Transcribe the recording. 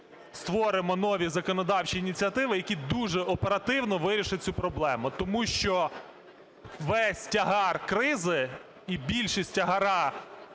створимо нові законодавчі ініціативи, які дуже оперативно вирішать цю проблему. Тому що весь тягар кризи і більшість тягаря